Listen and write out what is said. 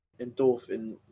endorphin